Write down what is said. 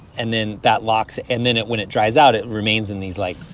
and then that locks and then it when it dries out, it remains in these, like,